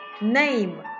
Name